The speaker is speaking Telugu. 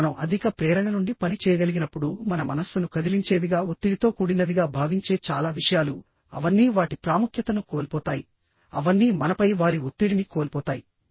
మరియు మనం అధిక ప్రేరణ నుండి పని చేయగలిగినప్పుడు మన మనస్సును కదిలించేవిగా ఒత్తిడితో కూడినవిగా భావించే చాలా విషయాలు అవన్నీ వాటి ప్రాముఖ్యతను కోల్పోతాయి అవన్నీ మనపై వారి ఒత్తిడిని కోల్పోతాయి